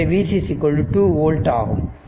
எனவே Vc 2 volt ஆகும்